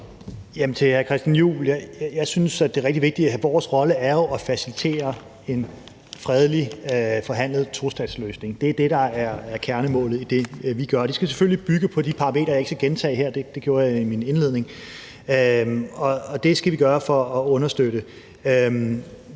vigtigt, at vores rolle jo er at facilitere en fredeligt forhandlet tostatsløsning; det er det, der er kernemålet i det, vi gør. Det skal selvfølgelig bygge på de parametre, som jeg ikke skal gentage her – jeg nævnte dem i min indledning – og det skal vi gøre for at understøtte